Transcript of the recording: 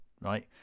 Right